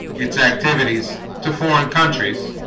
its activities to foreign countries